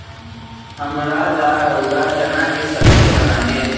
हमरा ला रउरा चना के सब्जि बना देम